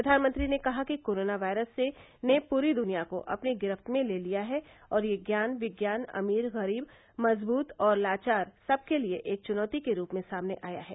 प्रधानमंत्री ने कहा कि कोरोना वायरस ने पूरी दनिया को अपनी गिरफ्त में ले लिया है और यह ज्ञान विज्ञान अमीर और गरीब मजबूत और लाचार सब के लिए एक चुनौती के रूप में सामने आया है